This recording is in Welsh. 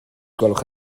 gwelwch